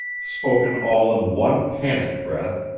spoken all in one panic breath,